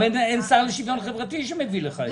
גם אין שר לשוויון חברתי שמביא לך את זה.